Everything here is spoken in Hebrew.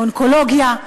האונקולוגיה,